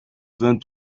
vingt